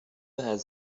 has